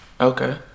Okay